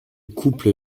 couple